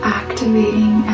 activating